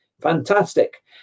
fantastic